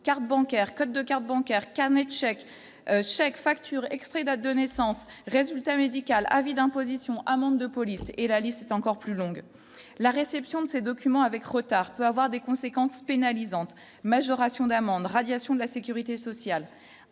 cartes bancaires, codes de cartes bancaires qu'Ahmed Cheikh facture extrait date de naissance, résultat médical, avis d'imposition amendes de police et la liste encore plus longue, la réception de ces documents avec retard peut avoir des conséquences pénalisantes majoration d'amende radiation de la Sécurité sociale